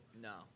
no